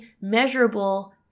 measurable